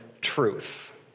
truth